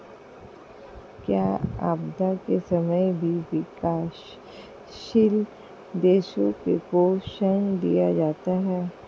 क्या आपदा के समय भी विकासशील देशों को ऋण दिया जाता है?